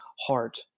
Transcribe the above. heart